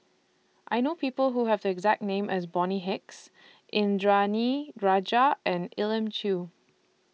I know People Who Have The exact name as Bonny Hicks Indranee Rajah and Elim Chew